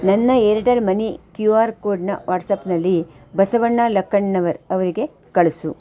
ನನ್ನ Airtel money Q R ಕೋಡ್ನ ವಾಟ್ಸಾಪ್ನಲ್ಲಿ ಬಸವಣ್ಣ ಲಕ್ಕಣ್ಣನವರ್ ಅವರಿಗೆ ಕಳಿಸು